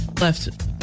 left